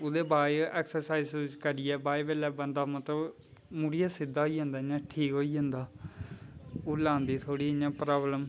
ओह्दै बाद ऐक्सर्साईज़ करी कुरियै बंदा मतलव मुड़िया सिध्दा होई जंदा इयां स्हेई होई जंदा उसलै आंदी थोह्ड़ी इयां प्रावलम